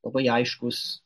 labai aiškus